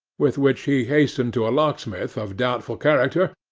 with which he hastened to a locksmith of doubtful character,